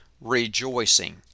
rejoicing